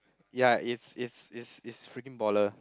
ya it's it's it's it's freaking baller